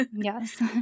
Yes